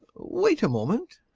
wait a moment.